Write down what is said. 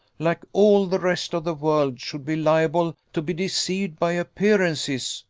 like all the rest of the world, should be liable to be deceived by appearances,